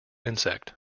insect